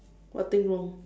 what thing wrong